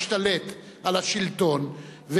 כשההון משתלט על השלטון,